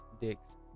dicks